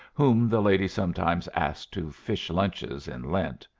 whom the lady sometimes asked to fish lunches in lent.